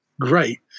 great